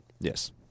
Yes